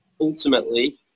ultimately